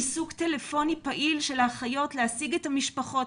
עיסוק טלפוני פעיל של האחיות להשיג את המשפחות,